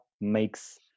makes